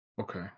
Okay